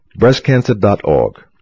Breastcancer.org